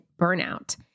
burnout